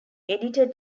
editor